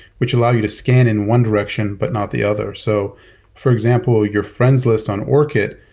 which allow you to scan in one direction, but not the others. so for example, your friends list on orkut,